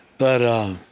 but